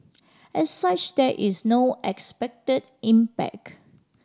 as such there is no expected impact